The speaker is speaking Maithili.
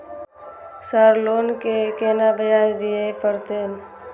सर लोन के केना ब्याज दीये परतें?